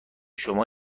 شما